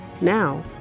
Now